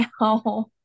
now